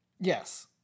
Yes